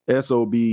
SOB